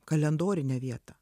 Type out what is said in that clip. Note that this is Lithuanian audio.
kalendorinę vietą